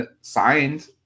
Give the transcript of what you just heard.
signed